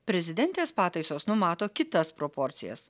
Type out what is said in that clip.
prezidentės pataisos numato kitas proporcijas